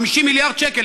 50 מיליארד שקל,